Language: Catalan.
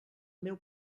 meu